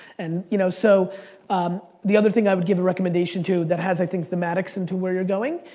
and you know so the other thing i would give a recommendation to that has i think thematics into were you're going,